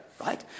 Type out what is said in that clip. Right